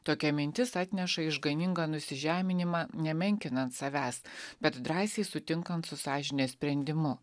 tokia mintis atneša išganingą nusižeminimą nemenkinant savęs bet drąsiai sutinkant su sąžinės sprendimu